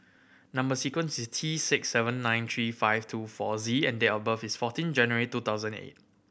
number sequence is T six seven nine three five two four Z and date of birth is fourteen January two thousand eight